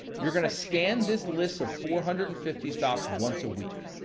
you're gonna scan this list of four hundred and fifty stocks once a week.